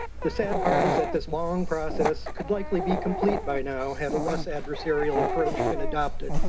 the sad part is that this long process could likely be complete by now had a less adversarial approach been adopted.